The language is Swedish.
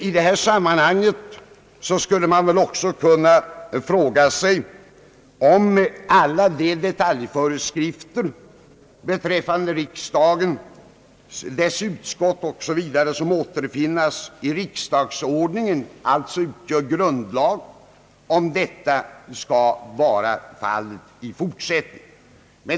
I detta sammanhang skulle man kunna fråga sig om alla de detaljföreskrifter beträffande riksdagen, dess utskott osv. som återfinns i riksdagsordningen och alltså utgör grundlag skall utgöra grundlag även i fortsättningen.